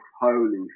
holy